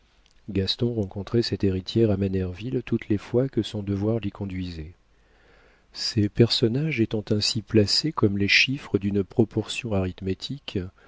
gaston rencontrait cette héritière à manerville toutes les fois que son devoir l'y conduisait ces personnages étant ainsi placés comme les chiffres d'une proportion arithmétique